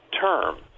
term